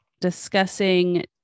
discussing